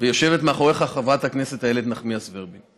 ויושבת מאחוריך חברת הכנסת איילת נחמיאס ורבין.